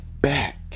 back